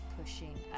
pushing